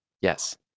yes